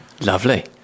Lovely